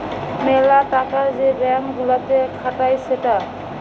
মেলা টাকা যে ব্যাঙ্ক গুলাতে খাটায় সেটা